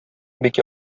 бик